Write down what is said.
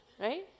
right